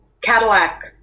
Cadillac